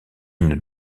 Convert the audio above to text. une